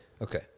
okay